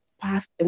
past